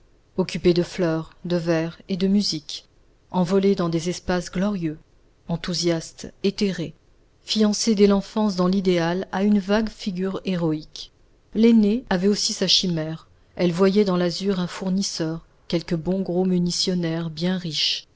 occupée de fleurs de vers et de musique envolée dans des espaces glorieux enthousiaste éthérée fiancée dès l'enfance dans l'idéal à une vague figure héroïque l'aînée avait aussi sa chimère elle voyait dans l'azur un fournisseur quelque bon gros munitionnaire bien riche